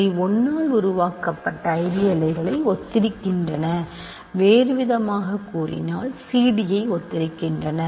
இவை 1 ஆல் உருவாக்கப்பட்ட ஐடியளை இங்கே ஒத்திருக்கின்றன வேறுவிதமாகக் கூறினால் cd ஐஒத்திருக்கின்றன